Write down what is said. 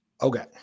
Okay